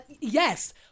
Yes